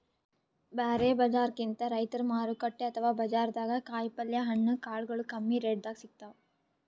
ಬ್ಯಾರೆ ಬಜಾರ್ಕಿಂತ್ ರೈತರ್ ಮಾರುಕಟ್ಟೆ ಅಥವಾ ಬಜಾರ್ದಾಗ ಕಾಯಿಪಲ್ಯ ಹಣ್ಣ ಕಾಳಗೊಳು ಕಮ್ಮಿ ರೆಟೆದಾಗ್ ಸಿಗ್ತಾವ್